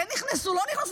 כן נכנסו או לא נכנסו?